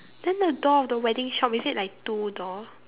then the door of the wedding shop is it like two door